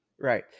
Right